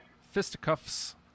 fisticuffs